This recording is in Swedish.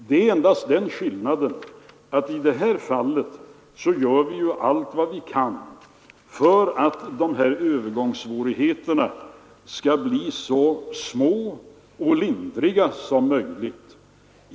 Det är endast den skillnaden att i det här fallet gör vi allt vad vi kan för att dessa övergångssvårigheter skall bli så små och lindriga som möjligt.